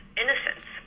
innocence